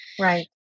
Right